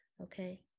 okay